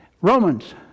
Romans